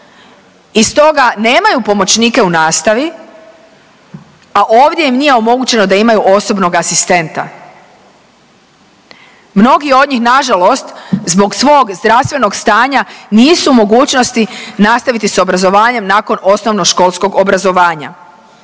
i stoga nemaju pomoćnike u nastavi, a ovdje im nije omogućeno da imaju osobnog asistenta. Mnogi od njih nažalost zbog svog zdravstvenog stanja nisu u mogućnosti nastaviti s obrazovanjem nakon osnovnoškolskog obrazovanja